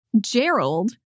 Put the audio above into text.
Gerald